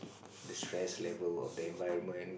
the stress level of the environment